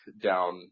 down